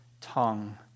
tongue